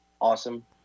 awesome